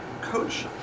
coach